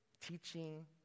teaching